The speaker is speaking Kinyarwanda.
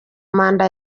manda